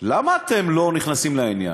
למה אתם לא נכנסים לעניין?